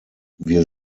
wir